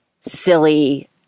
silly